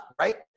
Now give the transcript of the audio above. right